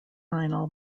final